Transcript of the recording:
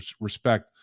respect